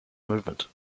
movement